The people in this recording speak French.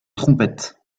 trompette